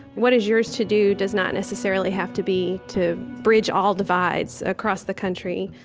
what is yours to do does not necessarily have to be to bridge all divides across the country.